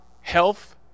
health